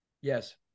Yes